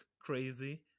crazy